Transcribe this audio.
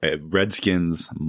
Redskins